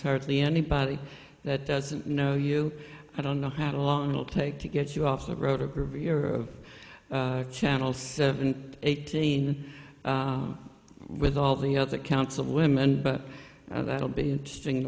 hardly anybody that doesn't know you i don't know how long it'll take to get you off the road a groove your channel seven eighteen with all the other counts of women but that'll be interesting to